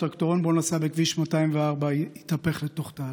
הטרקטורון שבו נסע בכביש 204 התהפך לתוך תעלה.